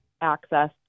access